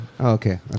Okay